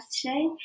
today